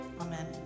Amen